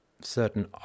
certain